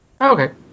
Okay